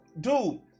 Dude